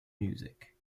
music